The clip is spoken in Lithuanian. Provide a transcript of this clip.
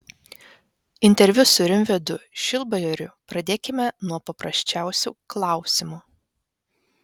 interviu su rimvydu šilbajoriu pradėkime nuo paprasčiausių klausimų